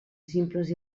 simples